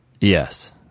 Yes